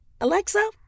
Alexa